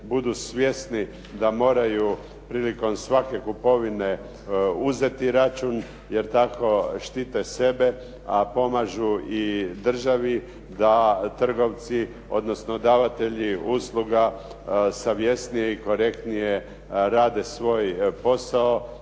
budu svjesni da moraju prilikom svake kupovine uzeti račun, jer tako štite sebe, a pomažu i državi, da trgovci, odnosno davatelji usluga savjesnije i konkretnije rade svoj posao,